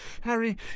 Harry